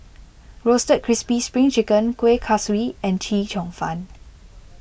Roasted Crispy Spring Chicken Kueh Kaswi and Chee Cheong Fun